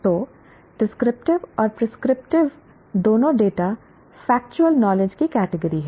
तो डिस्क्रिप्टिव और प्रिसक्रिप्टिव दोनों डेटा फेक्चुअल नॉलेज की कैटिगरी हैं